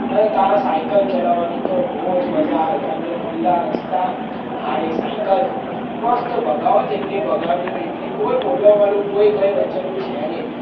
હવે ત્યાં સાઇકલ ચલાવવાની તો બહુ જ મજા આવે કારણ કે ખુલ્લા રસ્તા સારી સાઇકલ મસ્ત ભગાવો જેટલી ભગાવવી હોય એટલી કોઈ બોલવાવાળું કોઈ કંઈ બચેલું છે નઈ